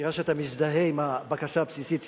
כיוון שאתה מזדהה עם הבקשה הבסיסית שלי,